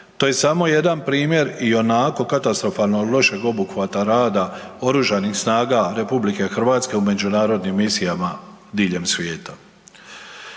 To je samo jedan primjer ionako katastrofalno lošeg obuhvata rada Oružanih snaga RH u međunarodnim misijama diljem svijeta.